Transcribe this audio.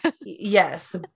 Yes